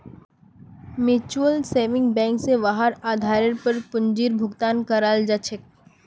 mutual saving bank स वहार आधारेर पर पूंजीर भुगतान कराल जा छेक